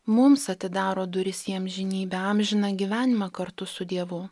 mums atidaro duris į amžinybę amžiną gyvenimą kartu su dievu